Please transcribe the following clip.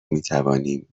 میتوانیم